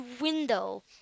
window